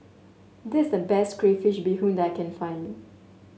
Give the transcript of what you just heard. this is the best Crayfish Beehoon that I can find